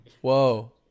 whoa